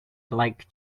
like